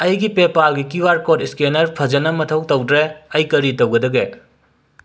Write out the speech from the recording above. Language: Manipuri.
ꯑꯩꯒꯤ ꯄꯦꯄꯥꯜꯒꯤ ꯀ꯭ꯌꯨ ꯑꯥꯔ ꯀꯣꯠ ꯐꯖꯅ ꯃꯊꯧ ꯇꯧꯗ꯭ꯔꯦ ꯑꯩ ꯀꯔꯤ ꯇꯧꯒꯗꯒꯦ